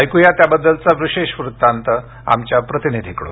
ऐक्या त्याबद्दलचा हा विशेष वृत्तांत आमच्या प्रतिनिधीकडून